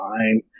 fine